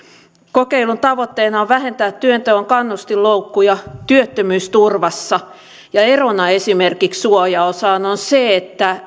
kokeilun tavoitteena on vähentää työnteon kannustinloukkuja työttömyysturvassa ja erona esimerkiksi suojaosaan on se että